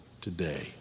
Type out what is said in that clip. Today